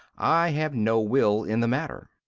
i have no will in the matter.